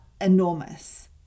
enormous